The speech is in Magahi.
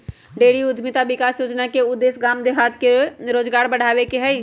डेयरी उद्यमिता विकास योजना के उद्देश्य गाम देहात में रोजगार बढ़ाबे के हइ